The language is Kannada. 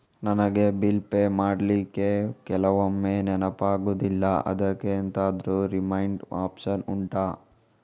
ನನಗೆ ಬಿಲ್ ಪೇ ಮಾಡ್ಲಿಕ್ಕೆ ಕೆಲವೊಮ್ಮೆ ನೆನಪಾಗುದಿಲ್ಲ ಅದ್ಕೆ ಎಂತಾದ್ರೂ ರಿಮೈಂಡ್ ಒಪ್ಶನ್ ಉಂಟಾ